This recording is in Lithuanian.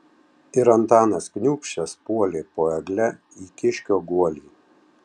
ir antanas kniūbsčias puolė po egle į kiškio guolį